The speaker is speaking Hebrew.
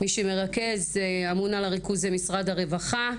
מי שמרכז, אמון על הריכוז, זה משרד הרווחה.